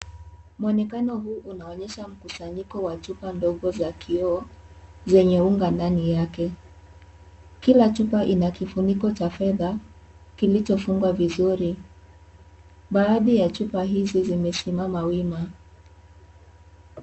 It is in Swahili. Mwonekano huu unaonyesha mkusanyiko wa chupa ndogo za kioo, zenye unga ndani yake. Kila chupa ina kifuniko cha fedha kilichofungwa vizuri baadhi ya chupa hizi zimesimama wima.